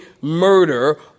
murder